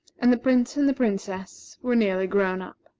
and the prince and the princess were nearly grown up.